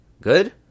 Good